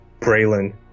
Braylon